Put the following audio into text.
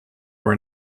were